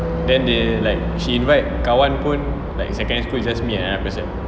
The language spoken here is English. then they like she invite kawan pun like secondary school just me and another person